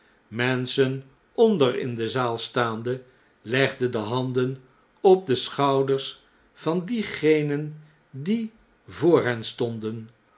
menschen onder in de zaal staande legden de handen op de schouders van diegenen die vodr hen stonden